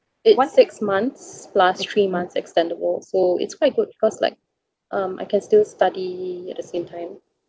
it once six months plus three months extendable so it's quite good because like um I can still study at the same time